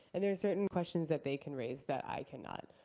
and there are certain questions that they can raise that i cannot.